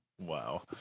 Wow